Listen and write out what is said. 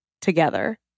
together